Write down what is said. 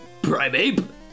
Primeape